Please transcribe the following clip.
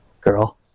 girl